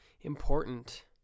important